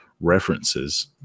references